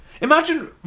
Imagine